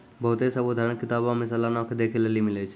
बहुते सभ उदाहरण किताबो मे सलाना के देखै लेली मिलै छै